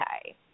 okay